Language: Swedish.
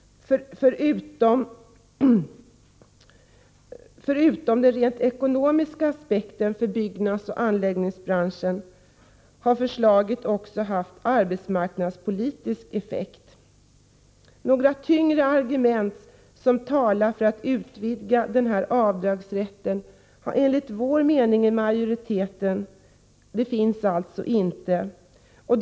Förutom den rent ekonomiska aspekten för byggnadsoch anläggningsbranschen har förslaget haft en arbetsmarknadspolitisk effekt. Några tyngre argument som talar för att man skulle utvidga den här avdragsrätten har enligt vad vi inom majoriteten anser inte framförts.